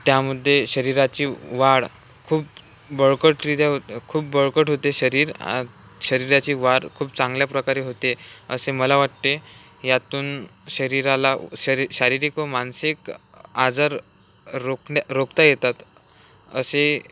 त्यामध्ये शरीराची वाढ खूप बळकटरित्या होत खूप बळकट होते शरीर शरीराची वाढ खूप चांगल्या प्रकारे होते असे मला वाटते यातून शरीराला शरी शारीरिक व मानसिक आजार रोकण्या रोखता येतात असे